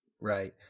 Right